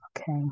okay